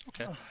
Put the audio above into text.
Okay